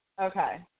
Okay